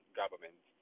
government